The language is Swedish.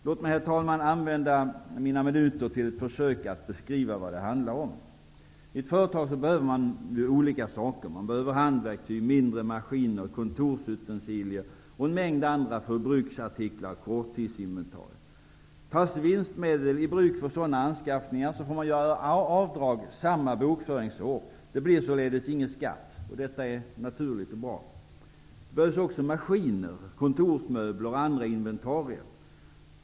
Låt mig, herr talman, använda återstående minuter till ett försök att beskriva vad det handlar om. I ett företag behövs många olika saker. Det behövs handverktyg, mindre maskiner, kontorsutensilier och en mängd andra förbrukningsartiklar eller korttidsinventarier. Tas vinstmedel i bruk för sådana anskaffningar får man göra avdrag samma bokföringsår. Det blir således ingen skatt. Detta är naturligt och bra. Det behövs också maskiner, kontorsmöbler och andra s.k. inventarier.